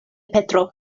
petro